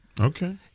Okay